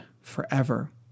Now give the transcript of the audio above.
forever